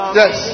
yes